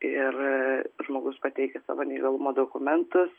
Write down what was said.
ir žmogus pateikia savo neįgalumo dokumentus